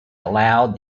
allowed